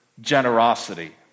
generosity